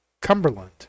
cumberland